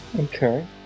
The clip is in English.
Okay